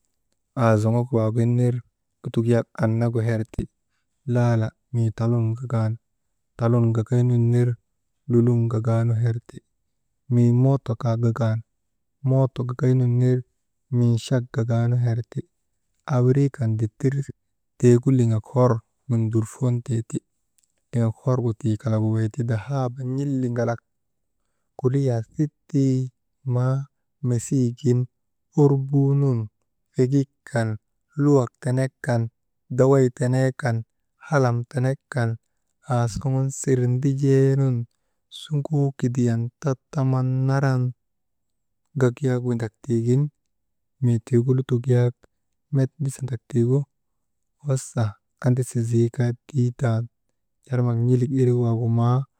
Aazoŋok waagin ner lutok yak annagu herti, laala mii talun gagan tolun gagaynun ner lulun gagaanu herti, mii mooto kaa gagan mooto kaa gagaynun ner minchak gagaan herti, aa wirii kan dittir tiigu liŋak hor nundurfontee ti, liŋak horgu tii kalagu weyti dahaaba n̰iliŋalak kudriyaa sittii, maa masiigin orbuu nun fegik kan, luwak tenek kan, daway tenee kan halam tenek kan aa suŋun sirndijee nun suŋoo kidiyan tattaman naran gak yak windak tiigin mii tiigu lutok yak met ndisandak tiigu wasa andisi zii kaa tii tan n̰armak n̰ilik irik waagu maa.